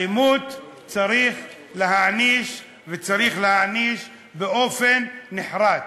על אלימות צריך להעניש, וצריך להעניש באופן נחרץ.